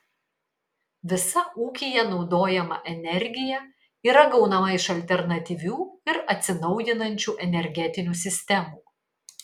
visa ūkyje naudojama energija yra gaunama iš alternatyvių ir atsinaujinančių energetinių sistemų